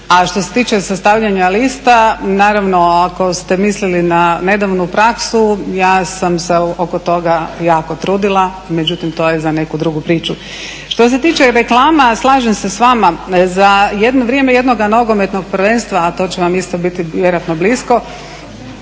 A što se tiče sastavljanja lista naravno ako ste mislili na nedavnu praksu ja sam se oko toga jako trudila, međutim to je za neku drugu priču. Što se tiče reklama, slažem se s vama. Za jedno vrijeme jednog nogometnog prvenstva, a to će vam isto vjerojatno blisko,